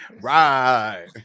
right